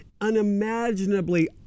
unimaginably